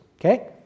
okay